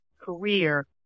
career